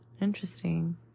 Interesting